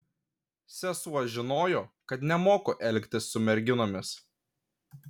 sesuo žinojo kad nemoku elgtis su merginomis